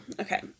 Okay